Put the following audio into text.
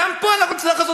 גם פה אנחנו נצטרך לעשות